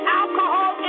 alcohol